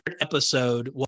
episode